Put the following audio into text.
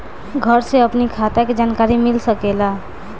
घर से अपनी खाता के जानकारी मिल सकेला?